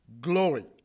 glory